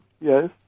Yes